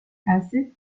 acid